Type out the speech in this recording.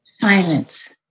Silence